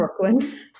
Brooklyn